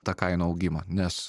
tą kainų augimą nes